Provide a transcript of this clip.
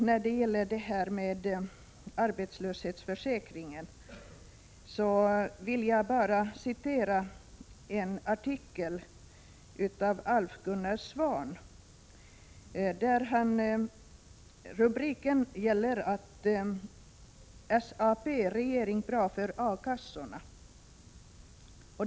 När det gäller arbetslöshetsförsäkringen vill jag bara citera en artikel av Alf-Gunnar Svahn. Rubriken lyder: ”SAP-regering bra för A-kassorna”.